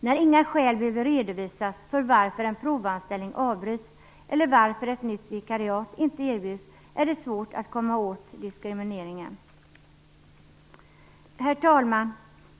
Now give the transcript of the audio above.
När inga skäl behöver redovisas för att en provanställning avbryts eller för att ett nytt vikariat inte erbjuds är det svårt att komma åt diskrimineringen. Herr talman!